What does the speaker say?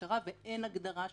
אישה ואז הוא ייתן את הקנס.